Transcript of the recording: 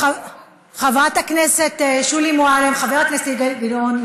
חברת הכנסת שולי מועלם וחבר הכנסת אילן גילאון,